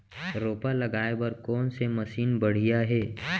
रोपा लगाए बर कोन से मशीन बढ़िया हे?